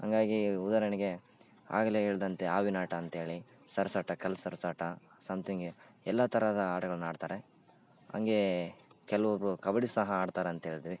ಹಂಗಾಗಿ ಉದಾಹರಣೆಗೆ ಆಗಲೇ ಹೇಳಿದಂತೆ ಹಾವಿನ ಆಟ ಅಂಥೇಳಿ ಸರಸಾಟ ಕಲ್ಲು ಸರಸಾಟ ಎಲ್ಲ ಥರದ ಆಟಗಳನ್ನು ಆಡ್ತಾರೆ ಹಂಗೆ ಕೆಲವೊಬ್ರು ಕಬ್ಬಡಿ ಸಹ ಆಡ್ತಾರೆ ಅಂಥೇಳಿದ್ವಿ